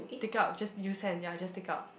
take out just use hand ya just take out